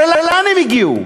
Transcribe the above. הרי לאן הם הגיעו?